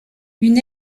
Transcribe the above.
une